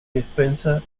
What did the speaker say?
despensa